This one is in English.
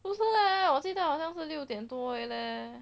不是 leh 我记得好像是六点多而已 leh